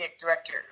director